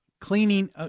cleaning